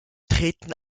treten